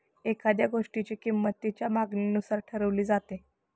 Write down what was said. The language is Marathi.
एखाद्या गोष्टीची किंमत तिच्या मागणीनुसार ठरवली जाते